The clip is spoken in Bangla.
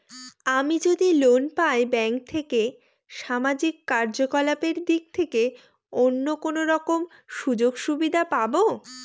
আমি যদি লোন পাই ব্যাংক থেকে সামাজিক কার্যকলাপ দিক থেকে কোনো অন্য রকম সুযোগ সুবিধা পাবো?